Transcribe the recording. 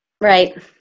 Right